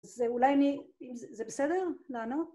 זה אולי אני... זה בסדר? לענות?